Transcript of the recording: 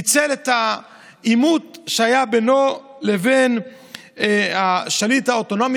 ניצל את העימות שהיה בינו לבין השליט העות'מאני